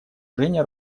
женя